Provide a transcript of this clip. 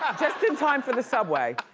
just in time for the subway.